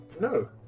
no